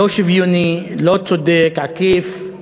לא שוויוני, לא צודק, עקיף,